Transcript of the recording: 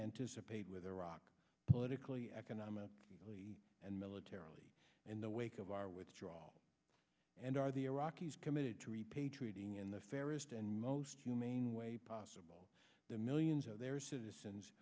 anticipate with iraq politically economically and militarily in the wake of our withdrawal and are the iraqis committed to repatriating in the fairest and most humane way possible the millions of their citizens